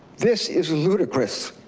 this is ludicrous.